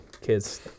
kids